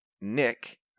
Nick